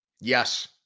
Yes